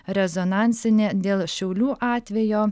rezonansinė dėl šiaulių atvejo